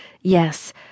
Yes